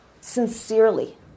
sincerely